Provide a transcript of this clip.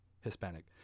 hispanic